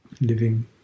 living